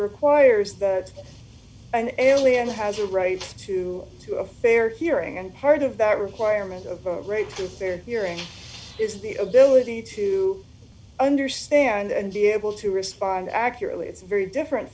requires that an alien has a right to to a fair hearing and part of that requirement of rape the fair hearing is the ability to understand and be able to respond accurately it's very different